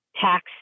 tax